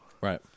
Right